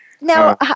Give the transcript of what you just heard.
Now